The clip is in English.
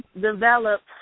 develop